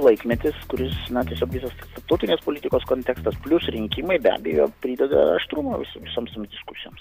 laikmetis kuris na tiesiog visas tarptautinės politikos kontekstas plius rinkimai be abejo prideda aštrumo vis visoms diskusijoms